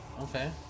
Okay